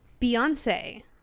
Beyonce